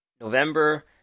November